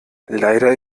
leider